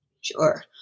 Sure